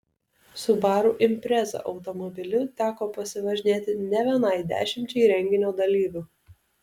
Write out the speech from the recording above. subaru impreza automobiliu teko pasivažinėti ne vienai dešimčiai renginio dalyvių